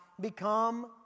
become